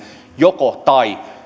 joko tai